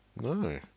No